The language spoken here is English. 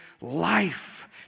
life